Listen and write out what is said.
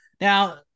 Now